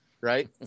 Right